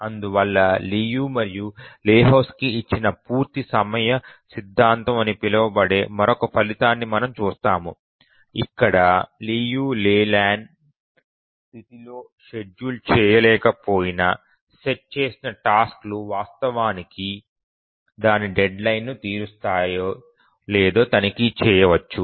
అందువల్ల లియు మరియు లెహోజ్కీ ఇచ్చిన పూర్తి సమయ సిద్ధాంతం అని పిలువబడే మరొక ఫలితాన్ని మనం చూస్తాము ఇక్కడ లియు లేలాండ్ స్థితిలో షెడ్యూల్ చేయకపోయినా సెట్ చేసిన టాస్క్ లు వాస్తవానికి దాని డెడ్లైన్ ను తీరుస్తాయో లేదో తనిఖీ చేయవచ్చు